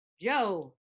Joe